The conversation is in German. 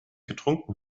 getrunken